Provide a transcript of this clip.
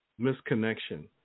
misconnection